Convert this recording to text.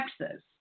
Texas